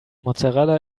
mozzarella